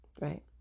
right